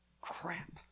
crap